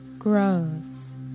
grows